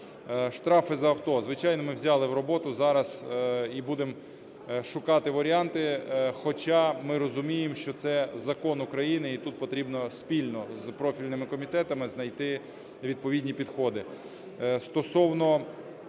Штрафи за авто. Звичайно, ми взяли в роботу зараз і будемо шукати варіанти, хоча ми розуміємо, що це закон України, і тут потрібно спільно з профільними комітетами знайти відповідні підходи.